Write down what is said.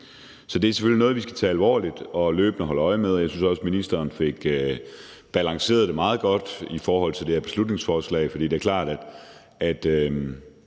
Så det er selvfølgelig noget, vi skal tage alvorligt og løbende holde øje med, og jeg synes også, at ministeren fik balanceret det meget godt i forhold til det her beslutningsforslag. For det er klart, at